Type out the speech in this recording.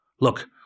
Look